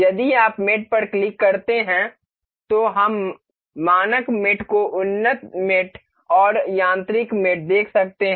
यदि आप मेट पर क्लिक करते हैं तो हम मानक मेट को उन्नत मेट और यांत्रिक मेट देख सकते हैं